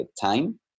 time